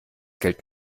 geld